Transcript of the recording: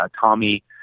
Tommy